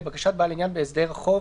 לבקשת בעל עניין בהסדר החוב,